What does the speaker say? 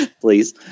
Please